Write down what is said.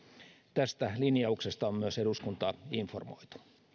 tästä linjauksesta on myös eduskuntaa informoitu